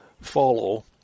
follow